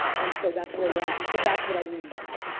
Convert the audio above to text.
and so that's where we're at. and so that's what i mean by that.